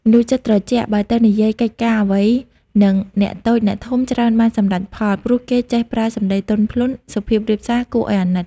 មនុស្សចិត្តត្រជាក់ បើទៅនិយាយកិច្ចការអ្វីនឹងអ្នកតូច អ្នកធំ ច្រើនបានសម្រេចផល ព្រោះគេ ចេះប្រើសម្ដីទន់ភ្លន់ សុភាពរាបសារគួរឲ្យអាណិត ។